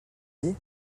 dit